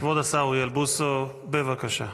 כבוד השר אוריאל בוסו, בבקשה.